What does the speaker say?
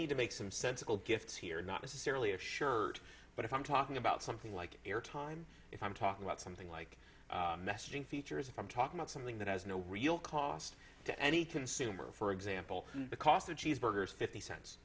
need to make some sensible gifts here not necessarily a shirt but if i'm talking about something like air time if i'm talking about something like messaging features from talk about something that has no real cost to any consumer for example the cost of cheeseburgers fifty cents